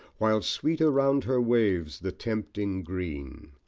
while sweet around her waves the tempting green,